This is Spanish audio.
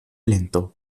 lento